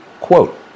quote